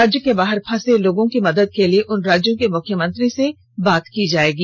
राज्य के बाहर फंसे लोगों की मदद के लिए उन राज्यों के मुख्यमंत्री से बात की जाएगी